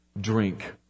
drink